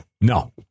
No